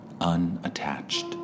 unattached